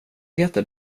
heter